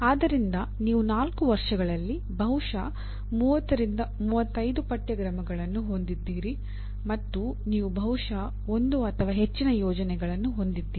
ಆದ್ದರಿಂದ ನೀವು 4 ವರ್ಷಗಳಲ್ಲಿ ಬಹುಶಃ 30 35 ಪಠ್ಯಕ್ರಮಗಳನ್ನು ಹೊಂದಿದ್ದೀರಿ ಮತ್ತು ನೀವು ಬಹುಶಃ ಒಂದು ಅಥವಾ ಹೆಚ್ಚಿನ ಯೋಜನೆಗಳನ್ನು ಹೊಂದಿದ್ದೀರಿ